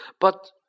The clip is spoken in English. but—